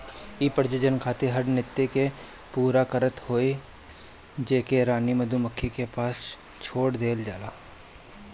इ प्रजनन खातिर हर नृत्य के पूरा करत हई जेके रानी मधुमक्खी के पास छोड़ देहल जाला